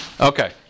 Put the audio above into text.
Okay